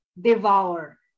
devour